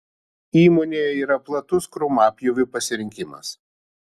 įmonėje yra platus krūmapjovių pasirinkimas